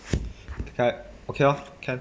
K okay lor can